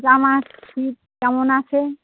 জামার ছিট কেমন আছে